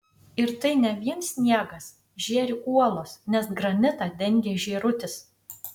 ir tai ne vien sniegas žėri uolos nes granitą dengia žėrutis